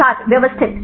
छात्र व्यवस्थित